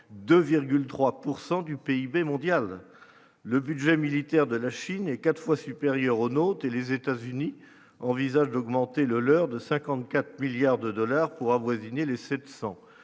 du PIB mondial, le budget militaire de la Chine est 4 fois supérieur au nôtre et les États-Unis envisagent d'augmenter le leur de 54 milliards de dollars pour avoisiner les 700,